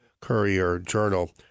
Courier-Journal